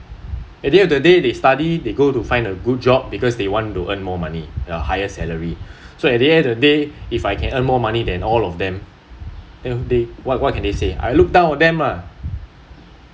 at the end of the day they study they go to find a good job because they want to earn more money a higher salary so at the end of the day if I can earn more money than all of them then what what can they say I look down on them lah